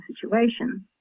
situations